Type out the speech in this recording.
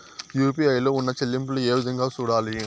UPI లో ఉన్న చెల్లింపులు ఏ విధంగా సూడాలి